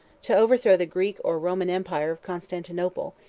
to overthrow the greek or roman empire of constantinople,